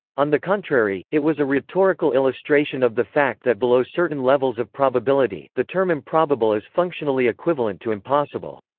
on the contrary, it was a rhetorical illustration of the fact that below certain levels of probability, the term improbable is functionally equivalent to impossible.